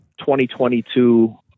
2022